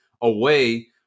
away